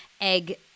egg